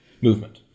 movement